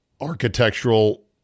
architectural